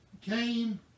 came